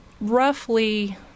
roughly